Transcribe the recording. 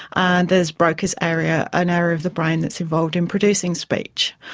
and there's broca's area, an area of the brain that is involved in producing speech.